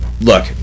look